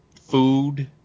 food